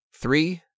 three